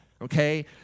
okay